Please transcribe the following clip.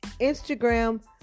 Instagram